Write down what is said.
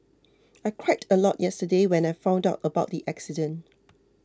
I cried a lot yesterday when I found out about the accident